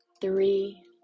three